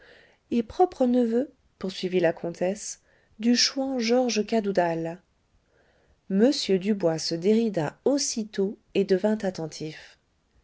et propre neveu poursuivit la comtesse du chouan georges cadoudal m dubois se dérida aussitôt et devint attentif